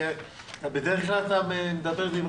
אתה בדרך כלל מדבר דברי טעם.